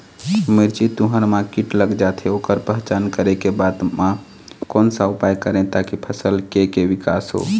मिर्ची, तुंहर मा कीट लग जाथे ओकर पहचान करें के बाद मा कोन सा उपाय करें ताकि फसल के के विकास हो?